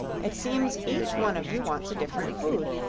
it seems each one of you wants a different food.